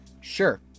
Sure